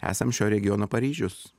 esam šio regiono paryžius